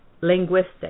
linguistic